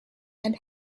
and